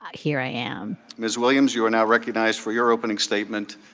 here i am miss williams, you are now recognized for your opening statement.